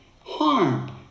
harm